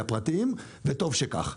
הפרטיים, וטוב שכך.